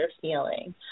feeling